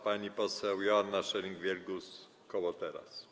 Pani poseł Joanna Scheuring-Wielgus, koło Teraz!